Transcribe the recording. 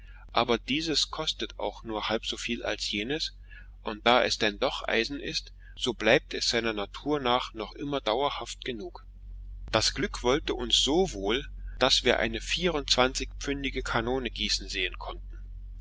aber dieses kostet auch nur halb so viel als jenes und da es denn doch eisen ist so bleibt es seiner natur nach noch immer dauerhaft genug das glück wollte uns so wohl daß wir eine vierundzwanzigpfündige kanone gießen sehen konnten